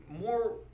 more